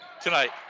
tonight